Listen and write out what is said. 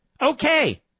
Okay